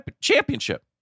Championship